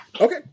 Okay